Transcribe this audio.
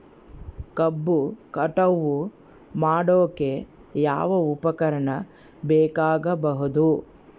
ಕಬ್ಬು ಕಟಾವು ಮಾಡೋಕೆ ಯಾವ ಉಪಕರಣ ಬೇಕಾಗಬಹುದು?